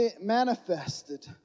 manifested